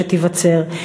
שתיווצר,